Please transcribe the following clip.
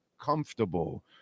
comfortable